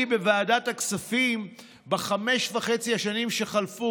בוועדת הכספים בחמש וחצי השנים שחלפו,